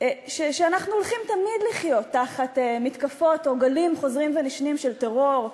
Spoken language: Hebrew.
שאנחנו הולכים לחיות תמיד תחת מתקפות או גלים חוזרים ונשנים של טרור,